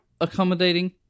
accommodating